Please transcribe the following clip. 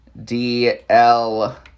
DL